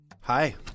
Hi